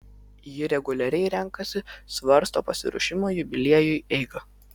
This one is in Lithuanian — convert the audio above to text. ji reguliariai renkasi svarsto pasiruošimo jubiliejui eigą